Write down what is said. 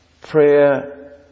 prayer